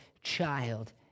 child